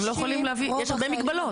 יש הרבה מגבלות.